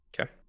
okay